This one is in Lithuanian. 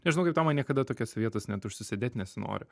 nežinau kaip tau man niekada tokiose vietose net užsisėdėt nesinori